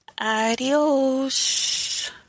Adios